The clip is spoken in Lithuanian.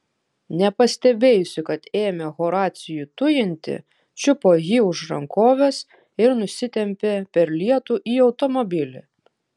nepastebėjusi kad ėmė horacijų tujinti čiupo jį už rankovės ir nusitempė per lietų į automobilį